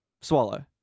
swallow